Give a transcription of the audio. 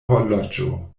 horloĝo